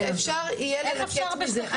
שאפשר יהיה ללקט מזה.